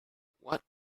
what